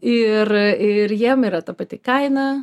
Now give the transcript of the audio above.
ir ir jiem yra ta pati kaina